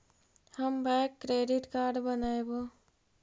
हम bank credit card बनैवो?